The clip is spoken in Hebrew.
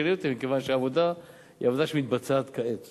שאלות ספציפיות אל תשאלי אותי מכיוון שהעבודה היא עבודה שמתבצעת כעת.